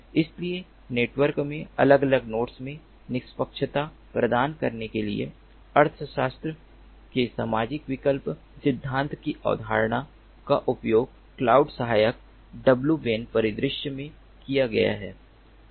इसलिए नेटवर्क में अलग अलग नोड्स में निष्पक्षता प्रदान करने के लिए अर्थशास्त्र के सामाजिक विकल्प सिद्धांत की अवधारणा का उपयोग क्लाउड सहायक w ban परिदृश्य में किया गया है